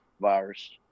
virus